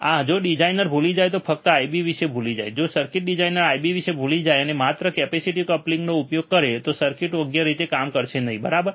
આહ જો ડિઝાઇનર ભૂલી જાય તો ફક્ત IB વિશે ભૂલી જાય જો સર્કિટ ડિઝાઇનર IB વિશે ભૂલી જાય અને માત્ર કેપેસિટીવ કપલિંગનો ઉપયોગ કરે તો સર્કિટ યોગ્ય રીતે કામ કરશે નહીં બરાબર